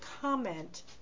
comment